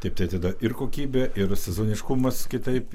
taip tai tada ir kokybė ir sezoniškumas kitaip